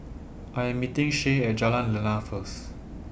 I Am meeting Shae At Jalan Lana First